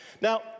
Now